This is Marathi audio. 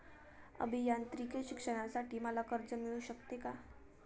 अभियांत्रिकी शिक्षणासाठी मला कर्ज मिळू शकते का?